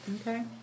Okay